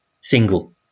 single